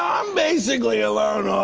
i'm basically alone all